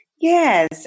Yes